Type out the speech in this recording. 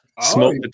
smoke